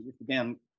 again